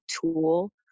tool